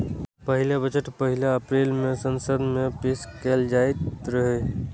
पहिने बजट पहिल अप्रैल कें संसद मे पेश कैल जाइत रहै